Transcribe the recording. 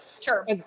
Sure